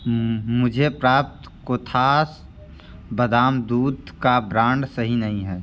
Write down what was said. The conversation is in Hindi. मुझे प्राप्त कोथास बादाम दूध का ब्रांड सही नहीं है